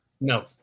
no